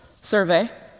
survey